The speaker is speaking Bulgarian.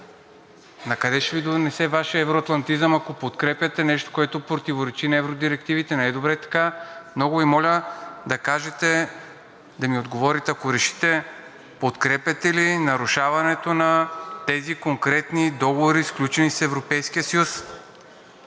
Докъде ще Ви доведе Вашият евроатлантизъм, ако подкрепяте нещо, което противоречи на евродирективите? Не е добре така. Много Ви моля да кажете, да ни отговорите, ако решите, подкрепяте ли нарушаването на тези конкретни договори, сключени с Европейския съюз?